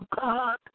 God